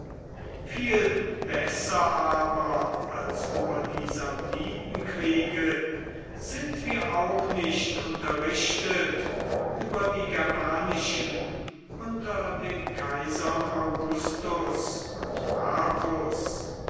viel besser aber als über die samnitenkriege sind wir auch nicht unterrichtet über die germanischen unter den kaisern augustus und marcus